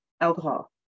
alcohol